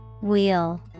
Wheel